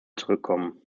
zurückkommen